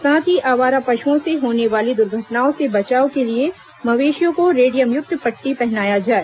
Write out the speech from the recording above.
साथ ही आवारा पशुओं से होने वाले द्र्घटनाओं से बचाव के लिए मवेशियों को रेडियमयुक्त पट्टी पहनाया जाए